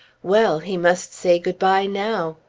well! he must say good-bye now!